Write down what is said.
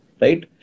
right